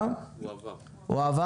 הועבר.